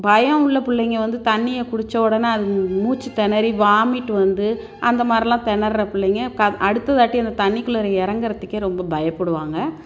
பயம் உள்ள பிள்ளைங்க வந்து தண்ணியை குடித்த உடனே அது மூச்சுத் திணறி வாமிட் வந்து அந்த மாதிரிலாம் திணர்ற பிள்ளைங்க க அடுத்ததாட்டி அந்த தண்ணிக்குள்ளார இறங்கறதுக்கே ரொம்ப பயப்படுவாங்க